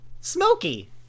smoky